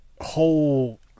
whole